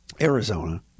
Arizona